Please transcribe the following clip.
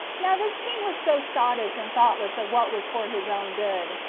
now this king was so sottish and thoughtless of what was for his own good,